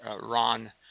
Ron